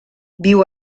viu